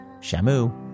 Shamu